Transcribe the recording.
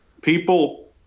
People